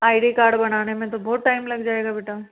आई D card बनाने में तो बहुत टाइम लग जाएगा बेटा